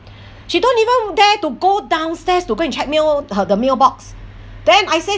she don't even dare to go downstairs to go and check mail the the mailbox then I said